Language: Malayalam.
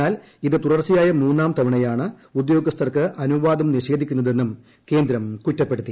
എന്നാലിത് തുടർച്ചയായ മുന്നാം തവണയാണ് ഉദ്യോഗസ്ഥർക്ക് അനുവാദം നിഷേധിക്കുന്നതെന്നും കേന്ദ്രം കുറ്റപ്പെടുത്തി